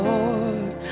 Lord